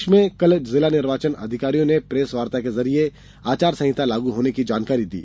प्रदेश में कल जिला निर्वाचन अधिकारियों ने भी प्रेसवार्ता के जरिए आचार संहिता लागू होने की जानकारी दी